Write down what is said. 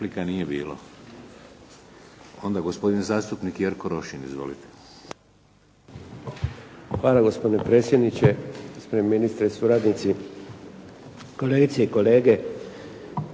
Hvala gospodine predsjedniče, gospodine ministre, suradnici, kolegice i kolege.